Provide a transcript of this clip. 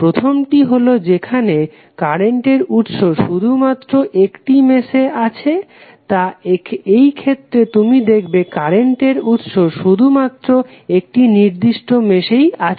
প্রথমটি হলো যেখানে কারেন্ট উৎস শুধু মাত্র একটি মেশ এই আছে তো এই ক্ষেত্রে তুমি দেখবে কারেন্ট উৎস শুধু মাত্র এই নির্দিষ্ট মেশ এই আছে